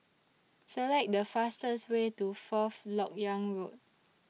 Select The fastest Way to Fourth Lok Yang Road